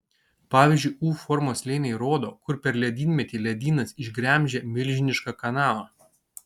pavyzdžiui u formos slėniai rodo kur per ledynmetį ledynas išgremžė milžinišką kanalą